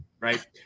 right